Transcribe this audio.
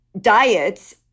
diets